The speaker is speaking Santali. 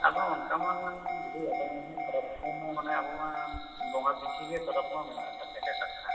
ᱟᱫᱚ ᱚᱱᱠᱟ ᱢᱟ ᱠᱷᱟᱨᱟᱯ ᱥᱚᱢᱚᱭ ᱢᱟ ᱟᱵᱚ ᱢᱟ ᱵᱚᱸᱜᱟ ᱯᱤᱪᱷᱤ ᱜᱮ ᱯᱟᱨᱟᱵᱽ ᱢᱟ ᱢᱮᱱᱟᱜ ᱠᱟᱜ ᱞᱮᱠᱟ ᱠᱟᱛᱷᱟ